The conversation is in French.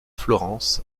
florence